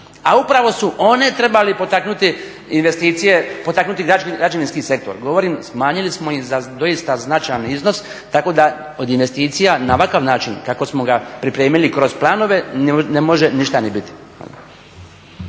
a upravo su one trebale potaknuti investicije, potaknuti građevinski sektor. Govorim, smanjili smo im za doista značajan iznos tako da od investicija na ovakav način kako smo ga pripremili kroz planove ne može ništa ni biti.